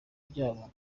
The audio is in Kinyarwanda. byabo